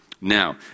Now